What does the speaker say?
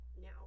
now